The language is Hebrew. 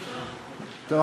טוב,